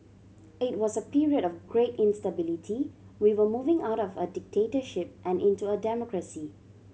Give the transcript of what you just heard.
it was a period of great instability we were moving out of a dictatorship and into a democracy